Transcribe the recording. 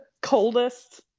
coldest